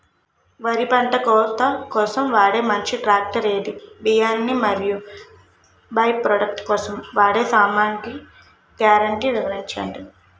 వరి పంట కోత కోసం వాడే మంచి ట్రాక్టర్ ఏది? బియ్యాన్ని మరియు బై ప్రొడక్ట్ కోసం వాడే సామాగ్రి గ్యారంటీ వివరించండి?